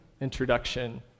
introduction